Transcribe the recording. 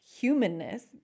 humanness